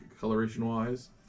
coloration-wise